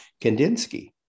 Kandinsky